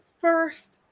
first